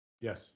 Yes